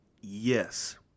yes